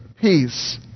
peace